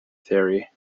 theory